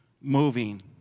moving